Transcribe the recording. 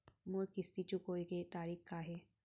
मोर किस्ती चुकोय के तारीक का हे?